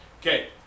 Okay